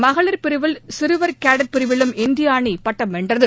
மகளிர் பிரிவில் சிறுவர் கேடட் பிரிவிலும் இந்திய அணி பட்டம் வென்றது